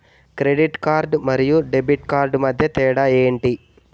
Credit card మరియు debit card మధ్య తేడా ఎంటి?